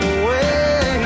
away